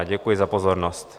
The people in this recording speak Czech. Děkuji za pozornost.